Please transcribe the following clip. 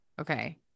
Okay